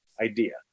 idea